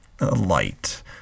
light